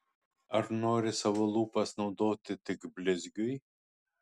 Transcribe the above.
ar nori savo lūpas naudoti tik blizgiui